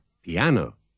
piano